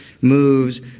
moves